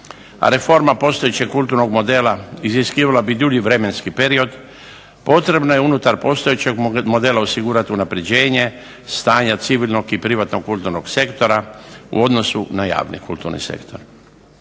reforma postojećeg kulturnog modela iziskivala bi dulji vremenski period, potrebno je unutar postojećeg modela osigurati unapređenje stanja civilnog i privatnog kulturnog sektora u odnosu na javni kulturni sektor.